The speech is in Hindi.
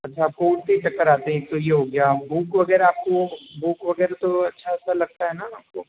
अच्छा आपको उठते ही चक्कर आते हैं एक तो यह हो गया भूख वगैरह आपको भूख वगैरह तो अच्छा सा लगता है न आपको